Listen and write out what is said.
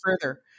further